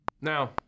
Now